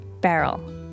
barrel